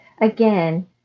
again